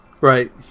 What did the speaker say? Right